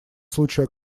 случаю